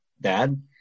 dad